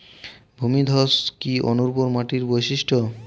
ভূমিধস কি অনুর্বর মাটির বৈশিষ্ট্য?